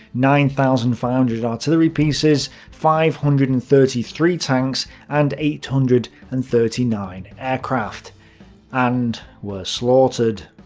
nine thousand five hundred artillery pieces, five hundred and thirty three tanks and eight hundred and thirty nine aircraft and were slaughtered.